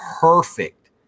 perfect